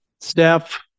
Steph